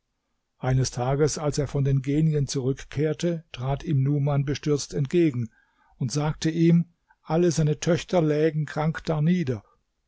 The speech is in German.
eines tages als er von den genien zurückkehrte trat ihm numan bestürzt entgegen und sagte ihm alle seine töchter lägen krank